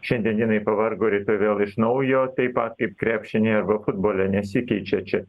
šiandien jinai pavargo rytoj vėl iš naujo taip pat kaip krepšiny arba futbole nesikeičia čia